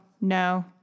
no